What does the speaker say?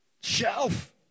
Shelf